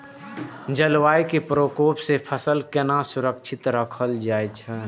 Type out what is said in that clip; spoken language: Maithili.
जलवायु के प्रकोप से फसल के केना सुरक्षित राखल जाय छै?